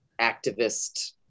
activist